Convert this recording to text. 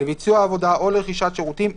לביצוע עבודה או לרכישת שירותים,